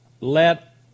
let